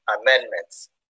amendments